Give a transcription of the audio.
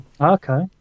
Okay